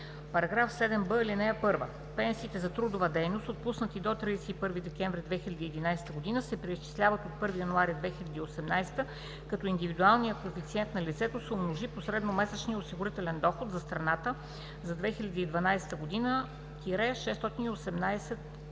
§ 7б: „§ 7б. (1) Пенсиите за трудова дейност, отпуснати до 31 декември 2011 г., се преизчисляват от 1 януари 2018 г., като индивидуалният коефициент на лицето се умножи по средномесечния осигурителен доход за страната за 2012 г. – 618.06